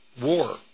war